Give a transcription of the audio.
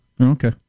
Okay